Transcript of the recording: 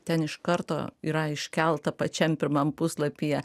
ten iš karto yra iškelta pačiam pirmam puslapyje